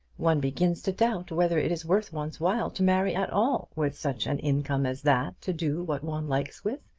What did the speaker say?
one begins to doubt whether it is worth one's while to marry at all with such an income as that to do what one likes with!